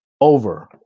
Over